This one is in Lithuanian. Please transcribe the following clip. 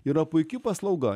yra puiki paslauga